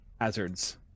hazards